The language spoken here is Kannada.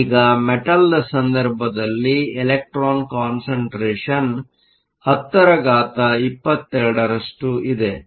ಈಗ ಮೆಟಲ್Metalನ ಸಂದರ್ಭದಲ್ಲಿ ಇಲೆಕ್ಟ್ರಾನ್ ಕಾನ್ಸಂಟ್ರೇಷನ್ 1022 ರಷ್ಟು ಇದೆ